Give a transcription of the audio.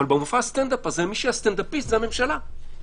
והסטנדאפיסט בו זה הממשלה.